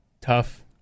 Tough